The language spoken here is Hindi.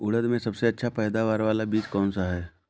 उड़द में सबसे अच्छा पैदावार वाला बीज कौन सा है?